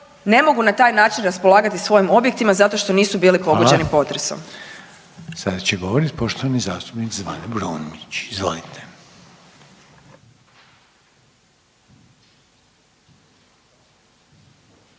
ne mogu na taj način raspolagati svojim objektima zato što nisu bili pogođeni potresom. **Reiner, Željko (HDZ)** Hvala. Sada će govoriti poštovani zastupnik Zvane Brumnić, izvolite.